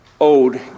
owed